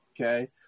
Okay